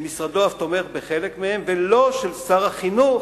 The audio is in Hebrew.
שמשרדו אף תומך בחלק מהם, ולא של שר החינוך,